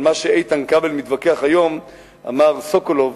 על מה שאיתן כבל מתווכח היום אמר סוקולוב,